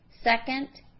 Second